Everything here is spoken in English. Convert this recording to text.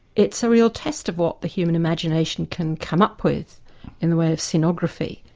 it's a real test of what the human imagination can come up with in the way of cinography.